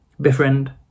befriend